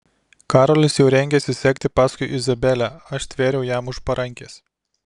karolis jau rengėsi sekti paskui izabelę aš stvėriau jam už parankės